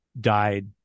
died